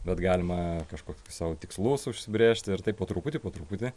bet galima kažkokį sau tikslus užsibrėžti ir taip po truputį po truputį